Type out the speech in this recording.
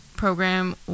Program